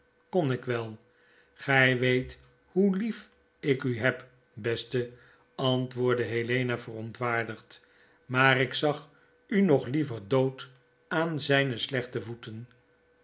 kon ik wel gy weet hoe lief ik u heb beste antwoordde helena verontwaardigd maar ik zag u nog liever dood aan zyne slechte voeten